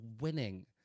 winning